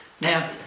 Now